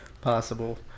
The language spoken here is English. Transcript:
possible